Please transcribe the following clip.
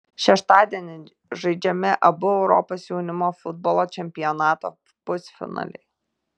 šeštadienį žaidžiami abu europos jaunimo futbolo čempionato pusfinaliai